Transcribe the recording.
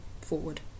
forward